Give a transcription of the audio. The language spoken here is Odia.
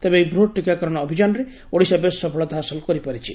ତେବେ ଏହି ବୂହତ ଟିକାକରଣ ଅଭିଯାନରେ ଓଡିଶା ବେଶ୍ ସଫଳତା ହାସଲ କରିପାରିଛି